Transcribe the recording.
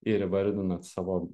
ir įvardinat savo